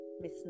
miss